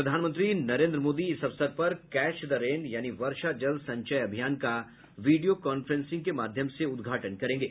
प्रधानमंत्री नरेन्द्र मोदी इस अवसर पर कैच द रेन यानि वर्षा जल संचय अभियान का वीडियो कांफ्रेंसिंग के माध्यम से उद्घाटन करेंगे